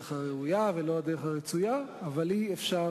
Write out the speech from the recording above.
דווקא הזרמת כספים, דווקא רענון, לתת למשק